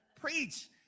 Preach